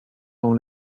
dans